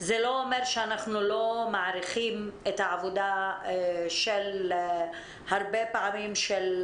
זה לא אומר שאנחנו לא מעריכים את העבודה של הרשויות והניסיון של